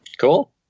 Cool